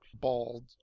bald